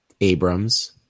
Abrams